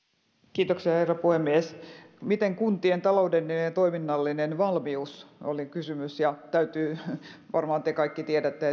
kysymykseen herra puhemies millainen on kuntien taloudellinen ja toiminnallinen valmius oli kysymys ja täytyy todeta varmaan te kaikki tiedätte